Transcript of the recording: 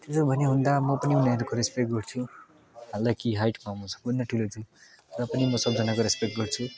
त्यसो भने हुँदा म पनि उनीहरूको रेस्पेक्ट गर्छु हालाकि हाइटमा म सबभन्दा ठुलो छु र पनि म सबजनाको रेस्पेक्ट गर्छु